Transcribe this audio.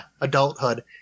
adulthood